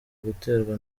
guterwa